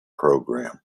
program